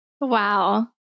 Wow